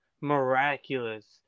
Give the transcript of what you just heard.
miraculous